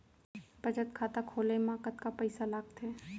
बचत खाता खोले मा कतका पइसा लागथे?